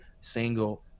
single